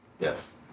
Yes